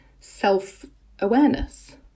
self-awareness